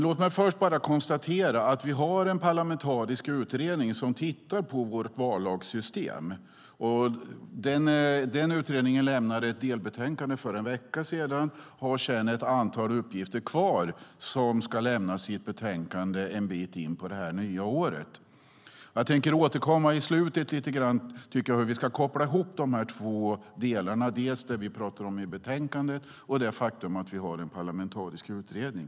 Låt mig först bara konstatera att vi har en parlamentarisk utredning som tittar på vårt vallagssystem. Utredningen lämnade ett delbetänkande för en vecka sedan, och den har sedan ett antal uppgifter kvar som ska lämnas i ett betänkande en bit in på detta nya år. Jag tänker återkomma lite grann i slutet till hur vi ska koppla ihop dessa två delar - dels det vi talar om i betänkandet, dels det faktum att vi har en parlamentarisk utredning.